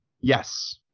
Yes